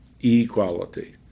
Equality